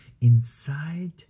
inside